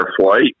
flight